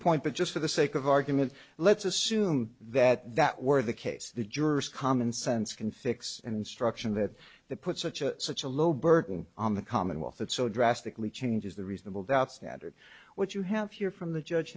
point but just for the sake of argument let's assume that that were the case the jurors commonsense can fix an instruction that the put such a such a low burden on the commonwealth that so drastically changes the reasonable doubt standard what you have here from the judge